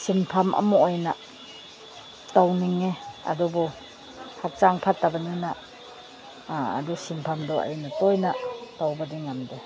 ꯁꯤꯟꯐꯝ ꯑꯃ ꯑꯣꯏꯅ ꯇꯧꯅꯤꯡꯉꯦ ꯑꯗꯨꯕꯨ ꯍꯛꯆꯥꯡ ꯐꯠꯇꯕꯅꯤꯅ ꯑꯗꯨ ꯁꯤꯟꯐꯝꯗꯨ ꯑꯩꯅ ꯇꯣꯏꯅ ꯇꯧꯕꯗꯤ ꯉꯝꯗꯦ